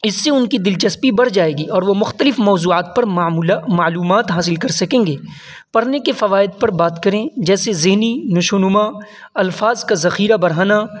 اس سے ان کی دلچسپی برھ جائے گی اور وہ مختلف موضوعات پر معلومات حاصل کر سکیں گے پرھنے کے فوائد پر بات کریں جیسے ذہنی نشو و نما الفاظ کا ذخیرہ برھانا